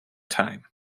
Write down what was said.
time